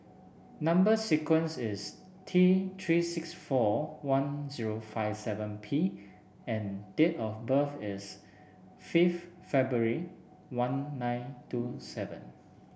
number sequence is T Three six four one zero five seven P and date of birth is fifth February one nine two seven